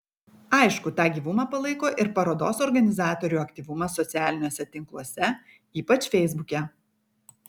aišku tą gyvumą palaiko ir parodos organizatorių aktyvumas socialiniuose tinkluose ypač feisbuke